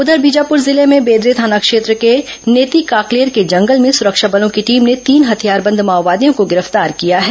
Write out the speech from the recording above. उधर बीजापुर जिले में बेदरे थाना क्षेत्र के नेतीकाकलेर के जंगल में सुरक्षा बलों की टीम ने तीन हथियारबंद माओवादियों को गिरफ्तार किया है